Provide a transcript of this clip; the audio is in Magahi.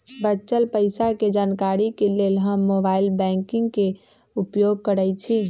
बच्चल पइसा के जानकारी के लेल हम मोबाइल बैंकिंग के उपयोग करइछि